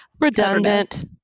redundant